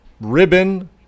ribbon